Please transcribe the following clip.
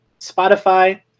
Spotify